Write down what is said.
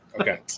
Okay